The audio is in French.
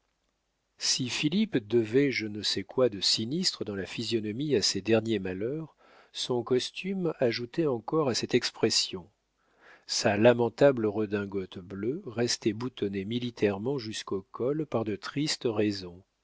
si philippe devait je ne sais quoi de sinistre dans la physionomie à ses derniers malheurs son costume ajoutait encore à cette expression sa lamentable redingote bleue restait boutonnée militairement jusqu'au col par de tristes raisons